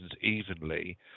evenly